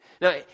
Now